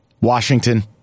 Washington